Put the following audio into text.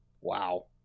Wow